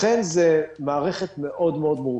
לכן זה מערכת מאוד מאוד מורכבת.